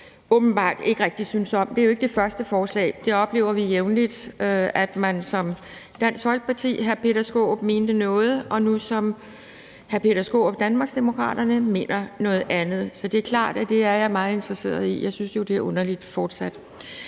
åbenbart ikke rigtig synes om. Det er jo ikke det første forslag. Vi oplever jævnligt, at hr. Peter Skaarup, Dansk Folkeparti, mente noget, og at hr. Peter Skaarup, Danmarksdemokraterne, mener noget andet. Så det er klart, at det er jeg meget interesseret i. Jeg synes jo fortsat, det er underligt.